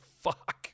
fuck